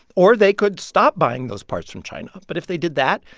or they could stop buying those parts from china. but if they did that,